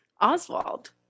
Oswald